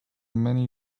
many